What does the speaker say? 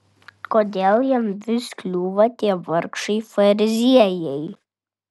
kodėl jam vis kliūva tie vargšai fariziejai